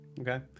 Okay